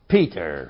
Peter